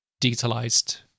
digitalized